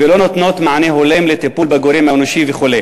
ולא נותנות מענה הולם לטיפול בגורם האנושי וכו'.